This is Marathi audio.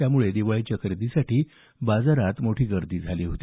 त्यामुळे दिवाळीच्या खरेदीसाठी बाजारात मोठी गर्दी झाली होती